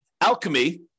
alchemy